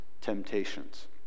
temptations